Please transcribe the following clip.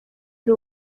ari